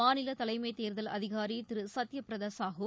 மாநில தலைமை தேர்தல் அதிகாரி திரு சத்யபிரத சாஹு